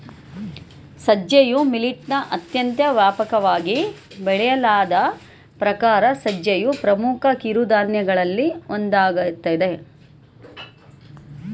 ಸಜ್ಜೆಯು ಮಿಲಿಟ್ನ ಅತ್ಯಂತ ವ್ಯಾಪಕವಾಗಿ ಬೆಳೆಯಲಾದ ಪ್ರಕಾರ ಸಜ್ಜೆಯು ಪ್ರಮುಖ ಕಿರುಧಾನ್ಯಗಳಲ್ಲಿ ಒಂದಾಗಯ್ತೆ